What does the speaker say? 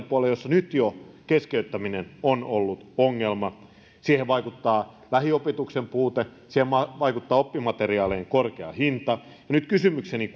puolella jolla jo nyt keskeyttäminen on ollut ongelma siihen vaikuttaa lähiopetuksen puute siihen vaikuttaa oppimateriaalien korkea hinta nyt kysymykseni